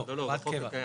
לא, הוראת קבע.